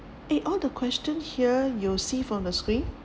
eh all the question here you see from the screen